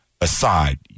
aside